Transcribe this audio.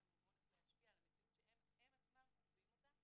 להם המון איך להשפיע על המציאות שהם עצמם חווים אותה.